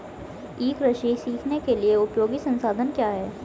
ई कृषि सीखने के लिए उपयोगी संसाधन क्या हैं?